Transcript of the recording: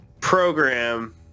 program